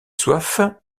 soif